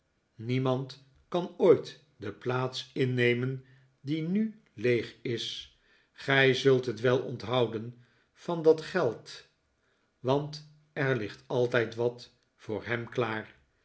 niemand kan ooit de plaats innemen die nu leeg is gij zult het wel onthouden van dat geld want er ligt altijd wat voor hem klaar